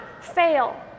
fail